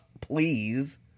Please